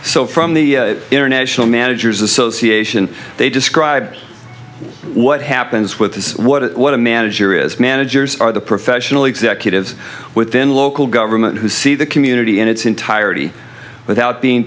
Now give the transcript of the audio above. so from the international managers association they describe what happens with what a manager is managers are the professional executives within local government who see the community in its entirety without being